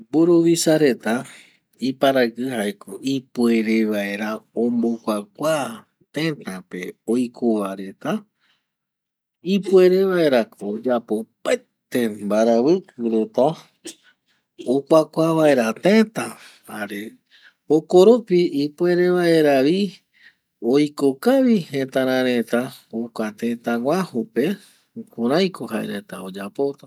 Mburuvisa reta iparaɨkɨ jaeko ipuere vaera ombokuakua tëtä pe oiko va reta, ipuere vaera ko oyapo opaaete mbaravɨkɨ reta okuakua vaera teta jare jokoropi ipuere vaera vi oiko kavi jetara reta jokua tëtä guaju pe jukuraiko jae reta oyapota